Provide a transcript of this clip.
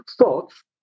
thoughts